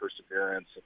perseverance